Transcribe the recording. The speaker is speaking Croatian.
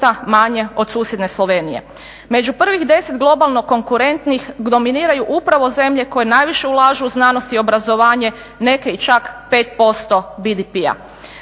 manje od susjedne Slovenije. Među prvih 10 globalno konkurentnih dominiraju upravo zemlje koje najviše ulažu u znanost i obrazovanje, neke čak 5% BDP-a.